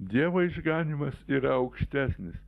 dievo išganymas yra aukštesnis